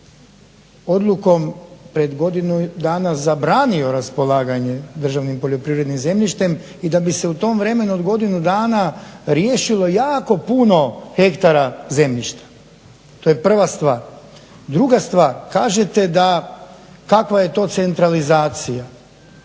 odlukom pred godinu dana zabranio raspolaganje državnim poljoprivrednim zemljištem i da bi se u tom vremenu od godinu dana riješilo jako puno hektara zemljišta. To je prva stvar. Druga stvar, kažete kakva je to centralizacija?